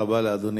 תודה רבה לאדוני.